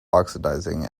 oxidizing